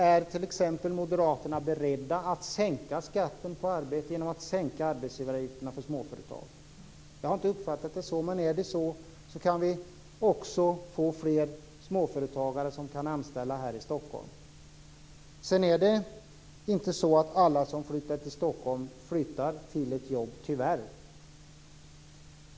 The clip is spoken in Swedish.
Är moderaterna beredda att sänka skatten på arbete genom att sänka arbetsgivaravgifterna för småföretag? Jag har inte uppfattat det så, men är det så kan vi få fler småföretagare som kan anställa här i Stockholm. Det är tyvärr inte så att alla som flyttar till Stockholm flyttar till ett jobb.